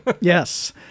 Yes